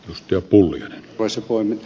arvoisa puhemies